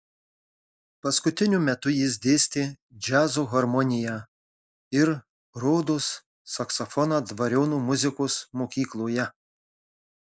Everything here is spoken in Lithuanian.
paskutiniu metu jis dėstė džiazo harmoniją ir rodos saksofoną dvariono muzikos mokykloje